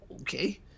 Okay